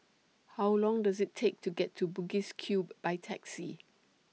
How Long Does IT Take to get to Bugis Cube By Taxi